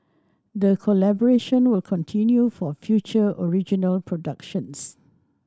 the collaboration will continue for future original productions